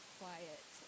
quiet